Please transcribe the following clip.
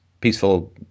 peaceful